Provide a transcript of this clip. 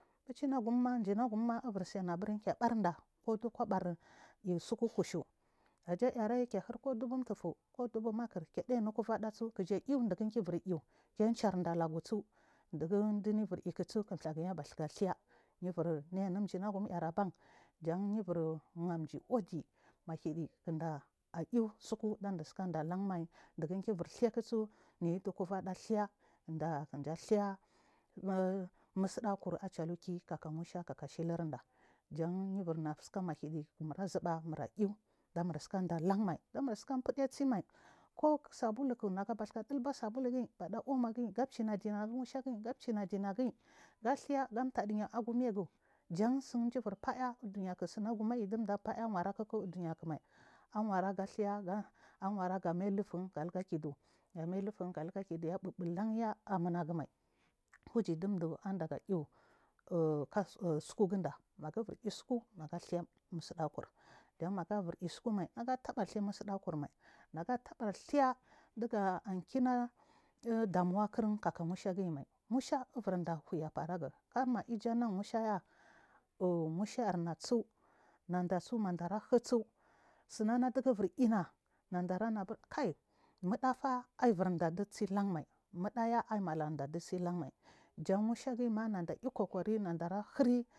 Fuchinagumma gmgumms eburti eburike barɗa ɗukoker tsuku kushi maajairayi kehir koɗub tufuh ko chibu makir ke ɗemi kuvaɗatsu kege iaw digukibur iaaw kencharɗa lagutsi dugu liyubur isuk thugu abatsika thu yibur mainu jinagum airban jara yubur uɗimahivi kida ayu tsubu sasasika ɗatanmai diyu kebur thurksu. Niyuk kuveda thir da kiya thirrr nusagukur achaliki kaka musha kakashi linɗa jan yubur sika mahiɗdi kimurabe murai ɗa clamtsika ɗalanmai damurtsika fudetsi mai kosabuwk gadibe sabulu gim beɗs omogi gachina ding gu mushegi gachina ɗinagr ga etha gataɗiya agumaigu tsinɗijur faya aluchiniyak ɗiɗda faya awarakik chuniyekmai awaragathur. Awaraga mailufu n gariga kidu gamai lufun galiga kiɗuga ɓubulanya amunaguman kuyi ɗiɗu aɗaga itsukugida ma bur isuku negates musudugukhr jamanagabur istsukumai naga tabar gher musuɗagumai negate bathuɗiga ankina ɗamuwakirin mai kaka mushagirmai itlir livya be musha arnatsu neɗatsu maɗanama bur kai muɗafa aiyi ɗaɗitsilan mai muɗa aimala ɗaɗitsi munagu mai jamushagima.